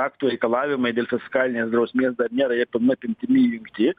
aktų reikalavimai dėl fiskalinės drausmės dar nėra jie pilna apimtimi įjungti